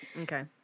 Okay